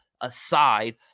aside